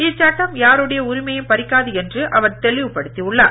இச்சட்டம் யாருடைய உரிமையையும் பறிக்காது என அவர் தெளிவுப்படுத்தியுள்ளார்